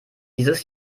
dieses